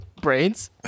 brains